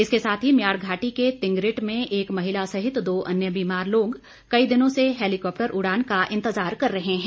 इसके साथ ही मयाड़ घाटी के तिंगरिट में एक महिला सहित दो अन्य बीमार लोग कई दिनों से हैलीकॉप्टर उड़ान का इंतजार कर रहे हैं